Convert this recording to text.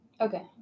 Okay